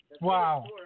Wow